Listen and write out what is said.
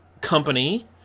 company